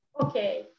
Okay